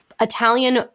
Italian